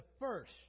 first